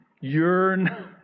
yearn